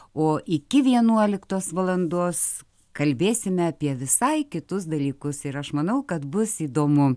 o iki vienuoliktos valandos kalbėsime apie visai kitus dalykus ir aš manau kad bus įdomu